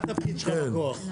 מה התפקיד שלך בכוח.